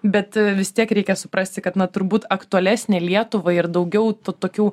bet vis tiek reikia suprasti kad na turbūt aktualesnė lietuvai ir daugiau tų tokių